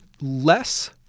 less